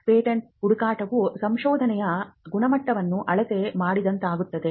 patent ಹುಡುಕಾಟವು ಸಂಶೋಧನೆಯ ಗುಣಮಟ್ಟವನ್ನು ಅಳತೆ ಮಾಡಿದಂತಾಗುತ್ತದೆ